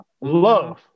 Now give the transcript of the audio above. love